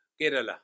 Kerala